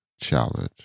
challenge